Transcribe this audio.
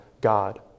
God